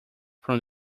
from